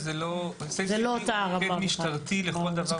עם יוצאי אתיופיה עובדים כבר בשנתיים האחרונות.